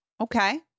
Okay